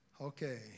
Okay